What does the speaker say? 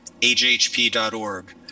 HHP.org